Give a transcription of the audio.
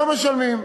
לא משלמים.